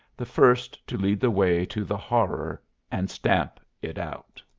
the first to lead the way to the horror and stamp it out?